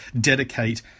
dedicate –